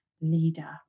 leader